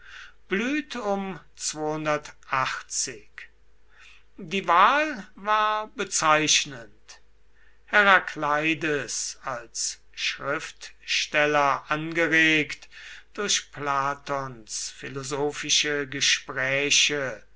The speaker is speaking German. die wahl war bezeichnend herakleides als schriftsteller angeregt durch platons philosophische gespräche